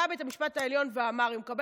בא בית המשפט העליון ואמר: אם הוא מקבל